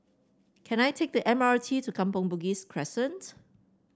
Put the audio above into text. can I take the M R T to Kampong Bugis Crescent